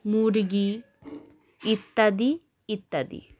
মুরগি ইত্যাদি ইত্যাদি